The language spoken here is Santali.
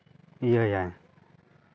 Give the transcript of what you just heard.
ᱤᱭᱟᱹᱭᱟᱭ